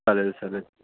चालेल चालेल